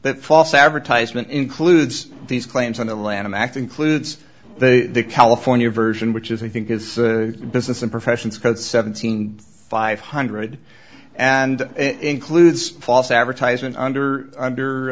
that false advertisement includes these claims on the lanham act includes the california version which is i think is business and professions code seventeen five hundred and includes false advertisement under